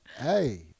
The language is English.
hey